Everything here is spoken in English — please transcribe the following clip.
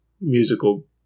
musical